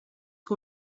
que